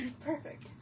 Perfect